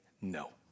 no